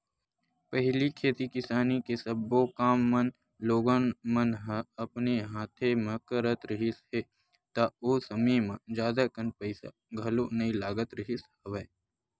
पहिली खेती किसानी के सब्बो काम मन लोगन मन ह अपन हाथे म करत रिहिस हे ता ओ समे म जादा कन पइसा घलो नइ लगत रिहिस हवय